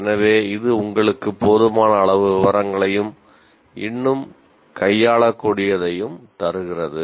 எனவே இது உங்களுக்கு போதுமான அளவு விவரங்களையும் இன்னும் கையாளக்கூடியதையும் தருகிறது